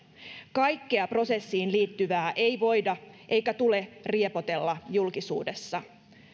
kaikkea prosessiin liittyvää ei voida eikä tule riepotella julkisuudessa